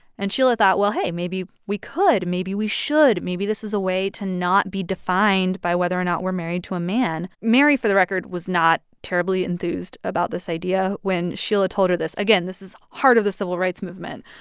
and sheila thought, well, hey, maybe we could, maybe we should. maybe this is a way to not be defined by whether or not we're married to a man. mary, for the record, was not terribly enthused about this idea when sheila told her this. again, this is heart of the civil rights movement.